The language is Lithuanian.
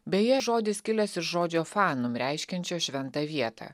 beje žodis kilęs iš žodžio fanum reiškiančio šventą vietą